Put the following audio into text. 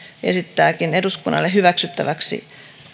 esittääkin eduskunnalle hyväksyttäväksi